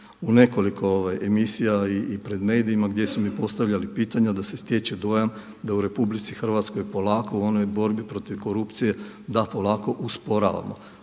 u nekoliko emisija i pred medijima gdje su mi postavljali pitanja da se stječe dojam da u RH polako u onoj borbi protiv korupcije, da polako usporavamo,